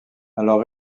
alors